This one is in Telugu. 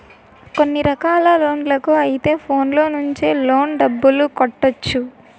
కొన్ని రకాల లోన్లకు అయితే ఫోన్లో నుంచి లోన్ డబ్బులు కట్టొచ్చు